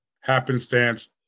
happenstance